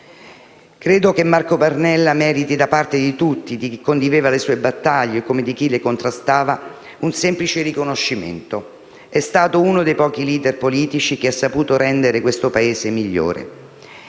Credo che Marco Pannella meriti da parte di tutti, di chi condivideva le sue battaglie come di chi le contrastava, un semplice riconoscimento: è stato uno dei pochi *leader* politici che ha saputo rendere questo Paese migliore.